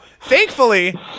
thankfully